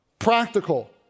Practical